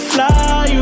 Fly